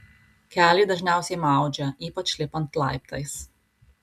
kelį dažniausiai maudžia ypač lipant laiptais